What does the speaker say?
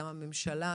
גם הממשלה,